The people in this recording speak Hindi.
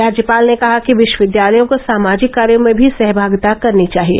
राज्यपाल ने कहा कि विश्वविद्यालयों को सामाजिक कार्यों में भी सहभागिता करनी चाहिए